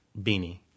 Beanie